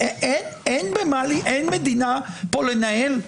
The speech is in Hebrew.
אין מדינה פה לנהל,